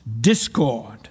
discord